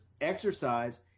exercise